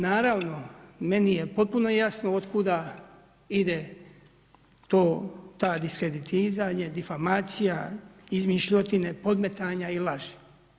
Naravno meni je potpuno jasno, od kuda ide ta diskreditizanje, difamacija, izmišljotine, podmetanja i laži.